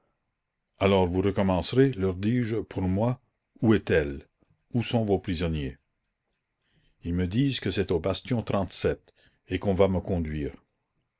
alors vous recommencerez leur dis-je pour moi où est-elle où sont vos prisonniers ils me disent que c'est au bastion et qu'on va me conduire